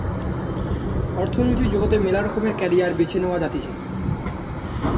অর্থনৈতিক জগতে মেলা রকমের ক্যারিয়ার বেছে নেওয়া যাতিছে